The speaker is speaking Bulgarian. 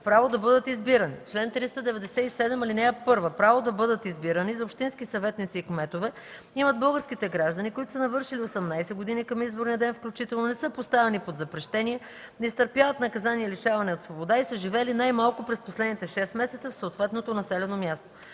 „Право да бъдат избирани Чл. 397. (1) Право да бъдат избирани за общински съветници и кметове имат българските граждани, които са навършили 18 години към изборния ден включително, не са поставени под запрещение, не изтърпяват наказание лишаване от свобода и са живели най-малко през последните 6 месеца в съответното населено място.